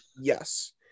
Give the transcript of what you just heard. Yes